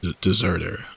deserter